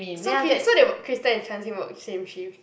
so Cry~ so they were Crystal and Chan-Xi work same shift